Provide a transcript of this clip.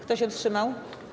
Kto się wstrzymał?